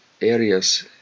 areas